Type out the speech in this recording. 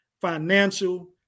Financial